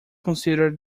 consider